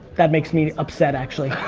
that makes me upset actually.